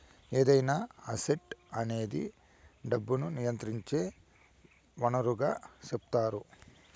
ఏదైనా అసెట్ అనేది డబ్బును నియంత్రించే వనరుగా సెపుతారు